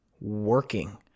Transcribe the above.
working